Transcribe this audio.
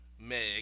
Meg